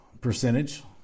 percentage